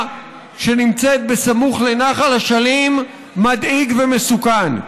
שנמצאת בסמוך לנחל אשלים מדאיג ומסוכן.